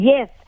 Yes